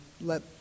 let